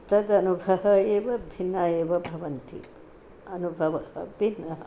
तदनुभवाः एव भिन्नाः एव भवन्ति अनुभवाः भिन्नाः